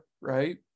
right